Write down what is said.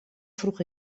vroeg